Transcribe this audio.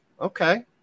okay